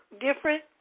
different